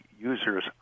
users